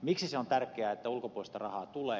miksi on tärkeää että ulkopuolista rahaa tulee